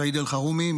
סעיד אלחרומי,